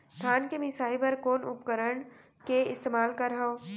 धान के मिसाई बर कोन उपकरण के इस्तेमाल करहव?